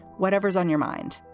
whatever's on your mind,